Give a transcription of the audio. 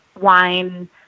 wine